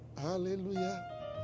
Hallelujah